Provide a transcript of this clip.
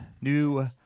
new